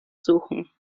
suchen